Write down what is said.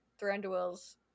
Thranduil's